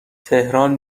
تهران